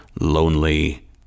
lonely